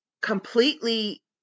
completely